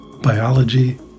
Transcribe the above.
biology